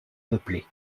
peuplée